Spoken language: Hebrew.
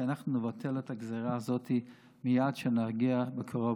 כי אנחנו נבטל את הגזרה מייד כשנגיע בקרוב,